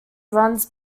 runs